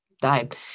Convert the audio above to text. died